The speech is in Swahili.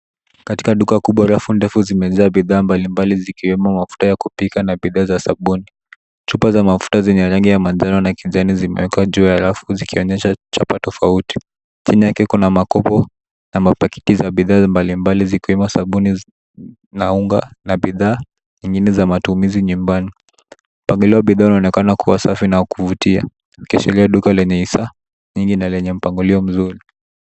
Katika duka kubwa rafu ndefu zimejaa bidhaa mbalimbali zikiwemo mafuta ya kupika na bidhaa za sabuni. Chupa za mafuta zenye rangi ya manjano na kijani zimewekwa juu ya rafu zikionyesha chapa tofauti. Chini yake kuna makopo na mapakiti za bidhaa mbalimbali zikiwemo sabuni na unga na bidhaa zingine za matumizi nyumbani. Mpangilio wa bidhaa unaonekana kuwa safi na wa kuvutia ikiashiria duka lenye vifaa nyingi na lenye mpangilio mzuri.